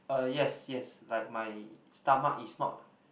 uh yes yes like my stomach is not